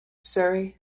surrey